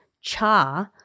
Cha